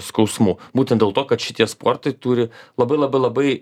skausmų būtent dėl to kad šitie sportai turi labai labai labai